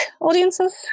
audiences